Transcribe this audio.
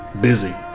busy